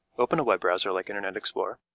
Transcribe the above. open a web browser like internet explorer.